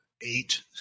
eight